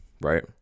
Right